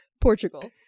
Portugal